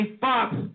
Fox